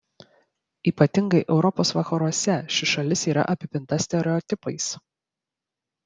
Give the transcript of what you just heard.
ypatingai europos vakaruose ši šalis yra apipinta stereotipais